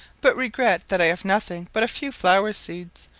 but regret that i have nothing but a few flower-seeds,